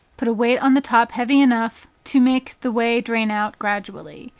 put a weight on the top heavy enough to make the whey drain out gradually.